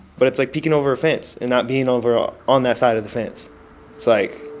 but it's like peeking over fence and not being over ah on that side of the fence. it's like